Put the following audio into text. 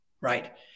right